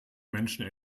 menschen